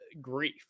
grief